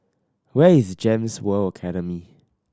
where is GEMS World Academy